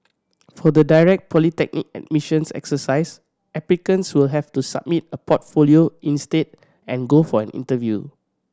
for the direct polytechnic admissions exercise applicants will have to submit a portfolio instead and go for an interview